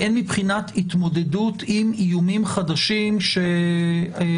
והן מבחינת התמודדות עם איומים חדשים שאנחנו